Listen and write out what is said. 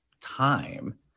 time